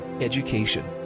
education